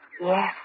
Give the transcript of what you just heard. Yes